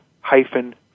hyphen